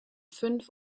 fünf